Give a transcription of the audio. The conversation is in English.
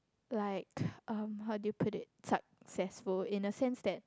like um how do you put it successful in the sense that